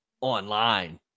online